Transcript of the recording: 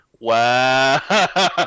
Wow